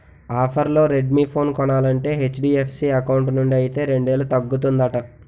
ఆఫర్లో Redmi phone కొనాలంటే HDFC account నుండి అయితే రెండేలు తగ్గుతుందట